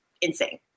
insane